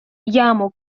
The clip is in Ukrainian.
яму